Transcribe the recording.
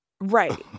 Right